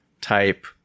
type